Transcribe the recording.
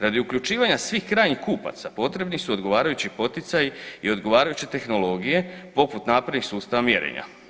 Radi uključivanja svih krajnjih kupaca potrebni su odgovarajući poticaji i odgovarajuće tehnologije poput naprednih sustava mjerenja.